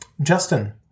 Justin